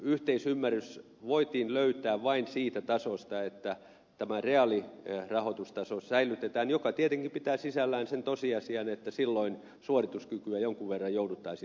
yhteisymmärrys voitiin löytää vain siitä tasosta että tämä reaalirahoitustaso säilytetään mikä tietenkin pitää sisällään sen tosiasian että silloin suorituskykyä jonkun verran jouduttaisiin laskemaan